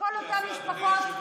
וכל אותן משפחות,